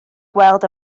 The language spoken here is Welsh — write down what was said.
gweld